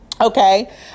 Okay